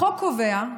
החוק קובע,